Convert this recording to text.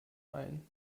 ein